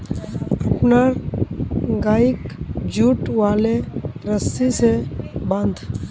अपनार गइक जुट वाले रस्सी स बांध